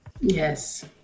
Yes